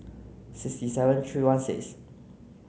six seven three one six